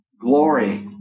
glory